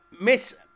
Miss